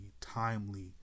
timely